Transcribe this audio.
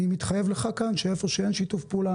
אני מתחייב לך כאן שאיפה שאין שיתוף פעולה,